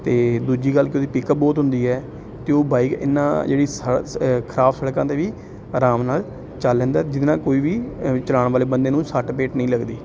ਅਤੇ ਦੂਜੀ ਗੱਲ ਕਿ ਉਹਦੀ ਪਿਕਅਪ ਬਹੁਤ ਹੁੰਦੀ ਹੈ ਅਤੇ ਉਹ ਬਾਈਕ ਇੰਨਾ ਜਿਹੜੀ ਸ ਖ਼ਰਾਬ ਸੜਕਾਂ 'ਤੇ ਵੀ ਆਰਾਮ ਨਾਲ ਚੱਲ ਲੈਂਦਾ ਜਿਹਦੇ ਨਾਲ ਕੋਈ ਵੀ ਅ ਚਲਾਉਣ ਵਾਲੇ ਬੰਦੇ ਨੂੰ ਸੱਟ ਫੇਟ ਨਹੀਂ ਲੱਗਦੀ